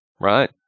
right